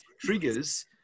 triggers